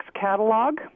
catalog